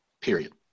period